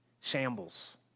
shambles